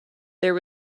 there